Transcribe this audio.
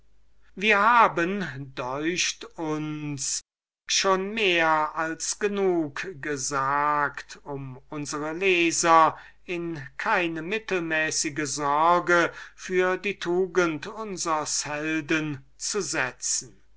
wir haben deucht uns schon mehr als genug gesagt um unsre leser in keine mittelmäßige sorge für die tugend unsers helden zu setzen